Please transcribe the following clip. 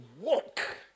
walk